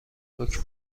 دکمه